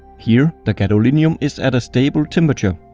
here, the gadolinium is at a stable temperature.